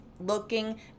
looking